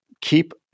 Keep